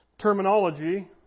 terminology